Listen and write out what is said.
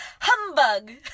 Humbug